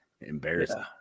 embarrassing